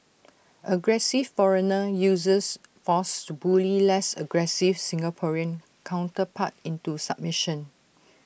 aggressive foreigner uses force to bully less aggressive Singaporean counterpart into submission